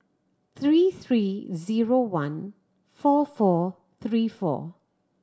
three three zero one four four three four